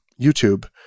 YouTube